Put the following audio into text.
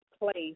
place